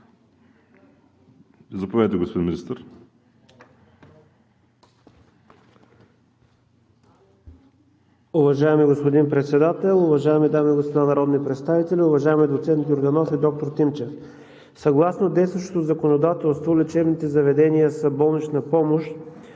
Заповядайте, господин Министър.